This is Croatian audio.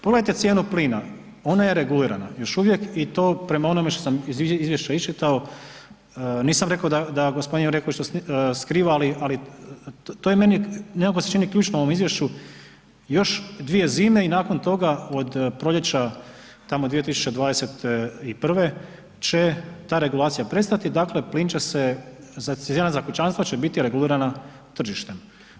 Pogledajte cijenu plina ona je regulirana još uvijek i to prema onome što sam iz izvješća iščitao, nisam rekao da gospodin Jureković to skriva, ali to je meni nekako se čini ključno u ovom izvješću, još 2 zime i nakon toga od proljeća tamo 2021. će ta regulacija prestati, dakle plin će se za, cijena za kućanstva će biti regulirana tržištem.